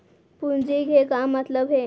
पूंजी के का मतलब हे?